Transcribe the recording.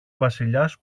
βασιλιάς